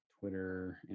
Twitter